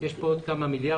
יש כאן עוד כמה מיליארדים.